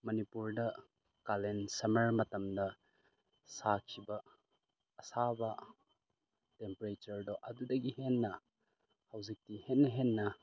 ꯃꯅꯤꯄꯨꯔꯗ ꯀꯥꯂꯦꯟ ꯁꯝꯃꯔ ꯃꯇꯝꯗ ꯁꯥꯈꯤꯕ ꯑꯁꯥꯕ ꯇꯦꯝꯄꯔꯦꯆꯔꯗꯣ ꯑꯗꯨꯗꯒꯤ ꯍꯦꯟꯅ ꯍꯧꯖꯤꯛꯇꯤ ꯍꯦꯟꯅ ꯍꯦꯟꯅ